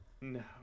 No